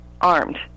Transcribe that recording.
armed